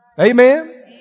amen